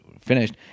finished